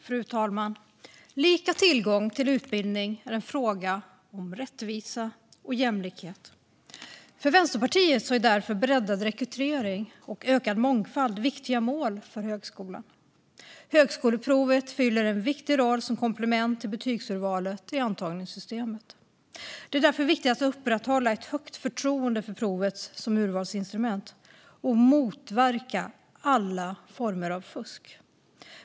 Fru talman! Lika tillgång till utbildning är en fråga om rättvisa och jämlikhet. För Vänsterpartiet är därför breddad rekrytering och ökad mångfald viktiga mål för högskolan. Högskoleprovet fyller en viktig roll som komplement till betygsurvalet i antagningssystemet. Det är därför viktigt att upprätthålla ett högt förtroende för provet som urvalsinstrument och motverka alla former av fusk.